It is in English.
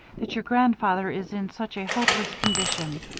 that your grandfather is in such a hopeless condition.